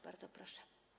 Bardzo proszę.